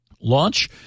launch